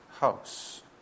house